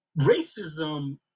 racism